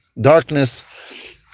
darkness